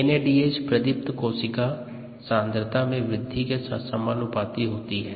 NADH प्रतिदीप्त कोशिका सांद्रता में वृद्धि के समानुपाती होता हैं